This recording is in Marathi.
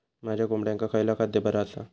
माझ्या कोंबड्यांका खयला खाद्य बरा आसा?